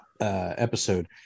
episode